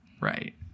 right